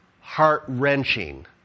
heart-wrenching